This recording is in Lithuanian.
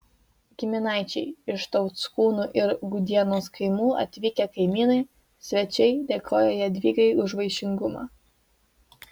giminaičiai iš tauckūnų ir gudienos kaimų atvykę kaimynai svečiai dėkojo jadvygai už vaišingumą